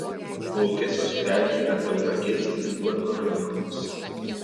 laukesos pelkė yra tauragės ir jurbarko rajonuose